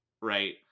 Right